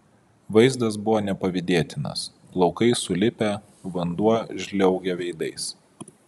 vaizdas buvo nepavydėtinas plaukai sulipę vanduo žliaugia veidais